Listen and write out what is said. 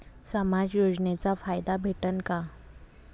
समाज योजनेचा फायदा भेटन का?